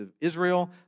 Israel